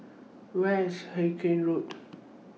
Where IS Hawkinge Road